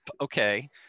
okay